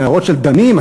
נהרות של דמים,